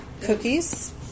cookies